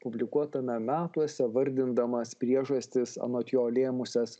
publikuotame metuose vardindamas priežastis anot jo lėmusias